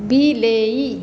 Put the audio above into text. ବିଲେଇ